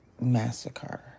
massacre